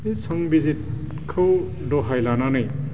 बे संबिजिरखौ दहाय लानानै